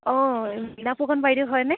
অঁ এই বিনা ফুকন বাইদেউ হয়নে